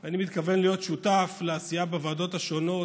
אני מתכוון להיות שותף לעשייה בוועדות השונות,